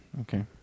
Okay